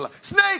Snake